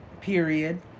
period